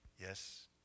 yes